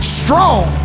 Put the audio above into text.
strong